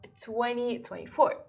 2024